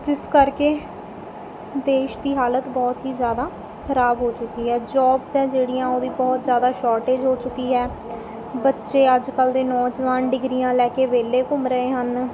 ਜਿਸ ਕਰਕੇ ਦੇਸ਼ ਦੀ ਹਾਲਤ ਬਹੁਤ ਹੀ ਜ਼ਿਆਦਾ ਖਰਾਬ ਹੋ ਚੁੱਕੀ ਹੈ ਜੋਬਸ ਹੈ ਜਿਹੜੀਆਂ ਉਹ ਵੀ ਬਹੁਤ ਜ਼ਿਆਦਾ ਸ਼ੋਰਟਏਜ ਹੋ ਚੁੱਕੀ ਹੈ ਬੱਚੇ ਅੱਜ ਕੱਲ੍ਹ ਦੇ ਨੌਜਵਾਨ ਡਿਗਰੀਆਂ ਲੈ ਕੇ ਵਿਹਲੇ ਘੁੰਮ ਰਹੇ ਹਨ